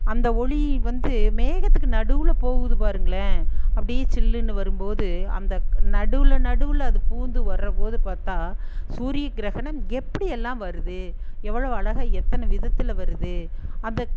அந்த ஒளி வந்து மேகத்துக்கு நடுவில் போகுது பாருங்களேன் அப்படியே சில்லுனு வரும்போது அந்த நடுவில் நடுவில் அது பூந்து வரம்போது பார்த்தா சூரிய கிரகணம் எப்படியெல்லாம் வருது எவ்வளோ அழகாக எத்தனை விதத்தில் வருது அந்தக்